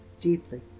deeply